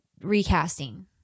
recasting